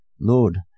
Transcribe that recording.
Lord